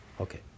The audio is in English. Okay